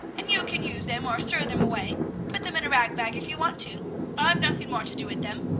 and you can use them or throw them away put them in a rag-bag if you want to i've nothing more to do with them.